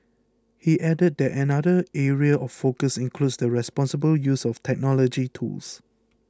he added that another area of focus includes the responsible use of technology tools